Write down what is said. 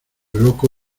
loco